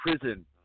prison